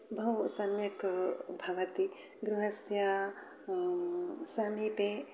बहु सम्यक् भवति गृहस्य समीपे